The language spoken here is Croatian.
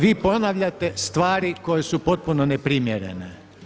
Vi ponavljate stvari koje su potpuno neprimjerene.